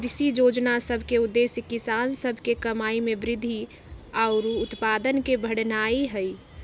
कृषि जोजना सभ के उद्देश्य किसान सभ के कमाइ में वृद्धि आऽ उत्पादन के बढ़ेनाइ हइ